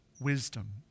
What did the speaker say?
wisdom